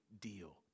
deal